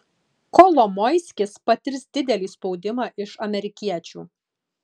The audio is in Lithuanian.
kolomoiskis patirs didelį spaudimą iš amerikiečių